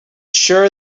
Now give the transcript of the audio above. sure